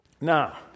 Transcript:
Now